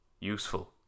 useful